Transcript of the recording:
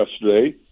yesterday